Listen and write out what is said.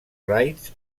raids